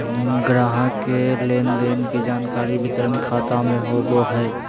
ग्राहक के लेन देन के जानकारी वितरण खाता में होबो हइ